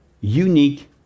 unique